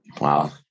wow